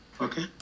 Okay